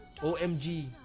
OMG